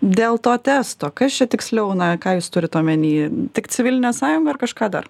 dėl to testo kas čia tiksliau na ką jūs turit omeny tik civilinę sąjungą ar kažką dar